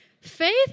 Faith